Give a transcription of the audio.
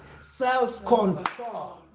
Self-control